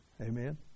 Amen